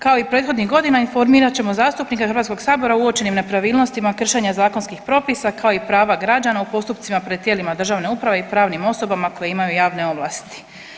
Kao i prethodnih godina informirati ćemo zastupnike Hrvatskog sabora o uočenim nepravilnostima kršenja zakonskih propisa kao i prava građana u postupcima pred tijelima državne uprave i pravnim osobama koje imaju javne ovlasti.